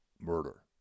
Murder